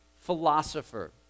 philosopher